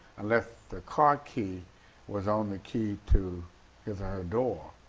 unless the car key was on the key to his or her door,